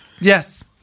Yes